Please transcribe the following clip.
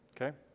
Okay